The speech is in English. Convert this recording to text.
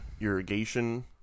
irrigation